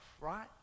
right